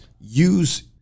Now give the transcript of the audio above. use